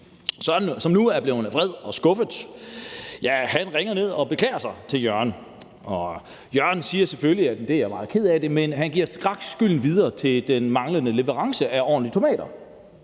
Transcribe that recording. Søren, som nu er blevet vred og skuffet, ringer ned og beklager sig til Jørgen. Jørgen siger selvfølgelig, at det er han meget ked af, men han skyder straks skylden over på leverandøren for den manglende leverance af ordentlige tomater.